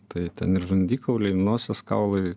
tai ten ir žandikauliai ir nosies kaulai